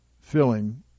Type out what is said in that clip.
filling